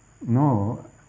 No